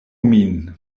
min